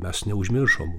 mes neužmiršom